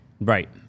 Right